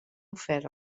ofert